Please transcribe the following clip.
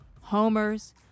homers